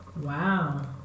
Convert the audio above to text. Wow